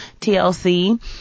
TLC